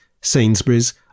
Sainsbury's